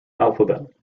alphabet